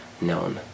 known